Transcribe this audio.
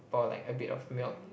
pour like a bit of milk